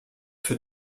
für